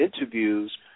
interviews